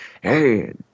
hey